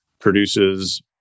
produces